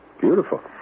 beautiful